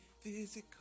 physical